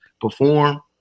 perform